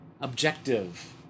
objective